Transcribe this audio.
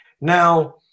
Now